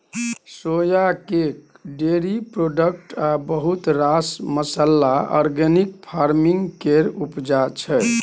सोया cake, dairy product आ बहुत रास मसल्ला आर्गेनिक फार्मिंग केर उपजा छै